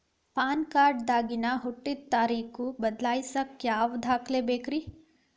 PAN card ದಾಗಿನ ಹುಟ್ಟಿದ ತಾರೇಖು ಬದಲಿಸಾಕ್ ಯಾವ ದಾಖಲೆ ಬೇಕ್ರಿ?